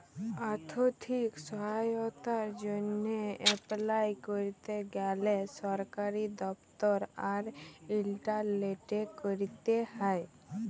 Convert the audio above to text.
আথ্থিক সহায়তার জ্যনহে এপলাই ক্যরতে গ্যালে সরকারি দপ্তর আর ইলটারলেটে ক্যরতে হ্যয়